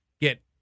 get